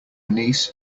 niece